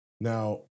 Now